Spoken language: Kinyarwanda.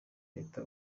leta